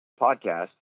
podcast